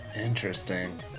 Interesting